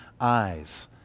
eyes